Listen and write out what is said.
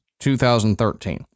2013